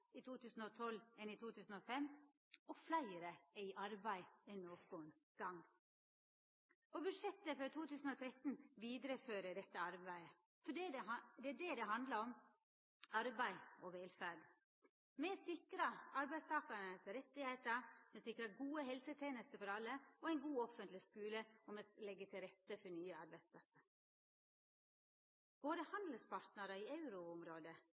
i 2012 enn i 2005, og fleire er i arbeid enn nokon gong. Budsjettet for 2013 vidarefører dette arbeidet, fordi det er det det handlar om: arbeid og velferd. Me sikrar arbeidstakarane sine rettar, me sikrar gode helsetenester for alle og ein god offentleg skule, og me legg til rette for nye arbeidsplassar. Våre handelspartnarar i